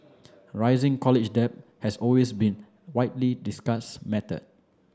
rising college debt has always been widely discussed matter